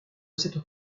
cette